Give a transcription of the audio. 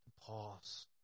pause